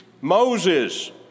Moses